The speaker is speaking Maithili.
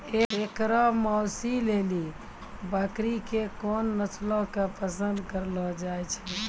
एकरो मांसो लेली बकरी के कोन नस्लो के पसंद करलो जाय छै?